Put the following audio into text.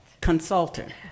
Consultant